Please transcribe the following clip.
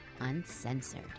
uncensored